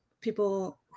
people